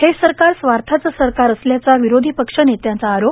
हे सरकार स्वार्थाचं सरकार असल्याचं विरोधी पक्ष नेत्याचा आरोप